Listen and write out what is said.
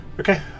Okay